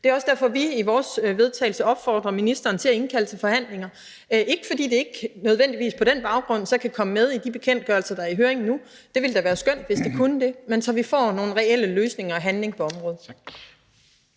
det er også derfor, at vi i vores forslag til vedtagelse opfordrer ministeren til at indkalde til forhandlinger, ikke fordi det ikke nødvendigvis på den baggrund så kan komme med i de bekendtgørelser, der er i høring nu – det ville da være skønt, hvis det kunne det – men så vi får nogle reelle løsninger og noget handling på området.